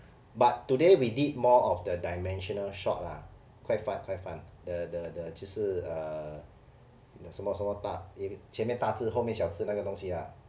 but today we did more of the dimensional shot lah quite fun quite fun the the the 就是 uh the 那什么什么大前面大字后面小字那个东西 lah